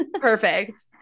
Perfect